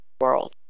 world